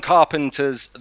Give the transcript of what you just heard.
Carpenter's